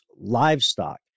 livestock